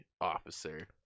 officer